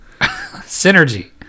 Synergy